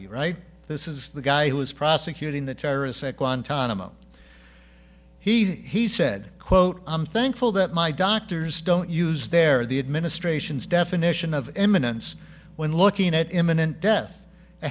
left right this is the guy who was prosecuting the terrorists at guantanamo he said quote i'm thankful that my doctors don't use their the administration's definition of eminence when looking at imminent death a